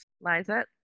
Liza